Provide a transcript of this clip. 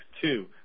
two